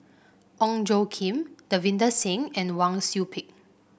Ong Tjoe Kim Davinder Singh and Wang Sui Pick